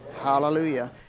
Hallelujah